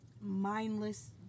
mindless